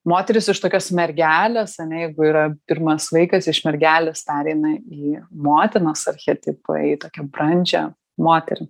moteris iš tokios mergelės ane yra pirmas vaikas iš mergelės pereina į motinos archetipą į tokią brandžią moterį